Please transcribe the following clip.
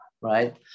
right